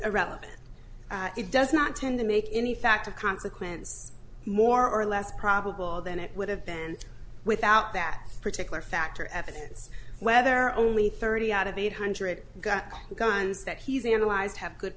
irrelevant it does not tend to make any fact of consequence more or less probable than it would have been without that particular factor evidence whether only thirty out of eight hundred got guns that he's analyzed have good